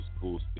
cool